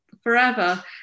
forever